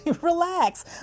relax